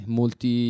molti